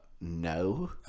No